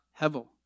Hevel